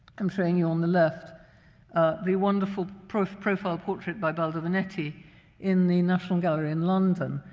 i'm showing you on the left the wonderful profile profile portrait by baldovinetti in the national gallery in london.